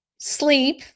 sleep